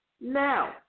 Now